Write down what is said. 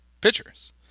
pitchers